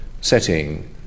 setting